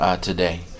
today